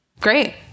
Great